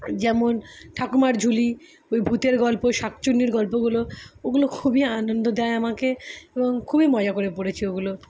যেমন ঠাকুমার ঝুলি ওই ভূতের গল্প শাকচুন্নির গল্পগুলো ওগুলো খুবই আনন্দ দেয় আমাকে এবং খুবই মজা করে পড়েছি ওগুলো